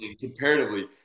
comparatively